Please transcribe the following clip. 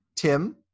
Tim